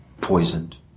poisoned